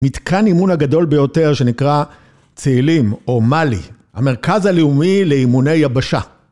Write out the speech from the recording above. מתקן אימון הגדול ביותר שנקרא צאלים, או מאלי, המרכז הלאומי לאימוני יבשה.